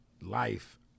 life